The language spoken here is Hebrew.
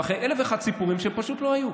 ואחרי אלף ואחד סיפורים שפשוט לא היו,